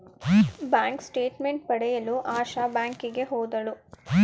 bank statement ಪಡೆಯಲು ಆಶಾ ಬ್ಯಾಂಕಿಗೆ ಹೋದಳು